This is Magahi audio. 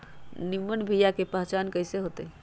निमन बीया के पहचान कईसे होतई?